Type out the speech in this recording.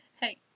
hey